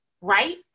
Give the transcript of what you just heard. right